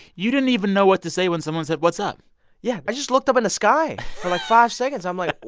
you didn't even know what to say when someone said what's up yeah. i just looked up in the sky. for like five seconds. i'm like,